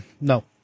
no